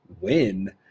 win